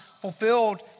fulfilled